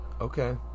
Okay